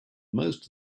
most